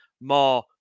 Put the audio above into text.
more